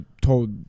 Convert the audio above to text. told